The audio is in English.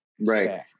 Right